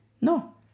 no